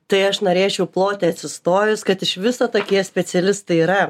tai aš norėčiau ploti atsistojus kad iš viso tokie specialistai yra